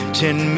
ten